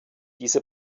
diese